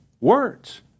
words